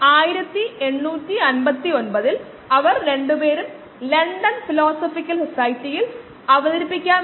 Scott Fogler Steven E LeBlanc എന്നിവരാണ് രചയിതാക്കൾ